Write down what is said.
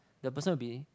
the person will be